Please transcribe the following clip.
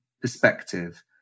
perspective